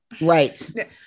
right